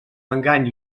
engany